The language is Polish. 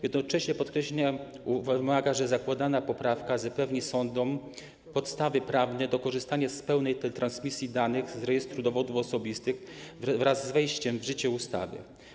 Jednocześnie podkreślenia wymaga fakt, że zakładana poprawka zapewni sądom podstawy prawne do korzystania z pełnej teletransmisji danych z Rejestru Dowodów Osobistych wraz z wejściem w życie ustawy.